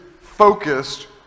focused